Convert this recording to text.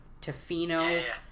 Tofino